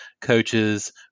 coaches